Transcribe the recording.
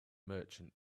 merchant